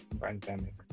pandemic